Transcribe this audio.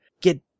get